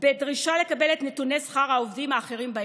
בדרישה לקבל את נתוני שכר העובדים האחרים בארגון.